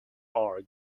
are